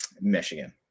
Michigan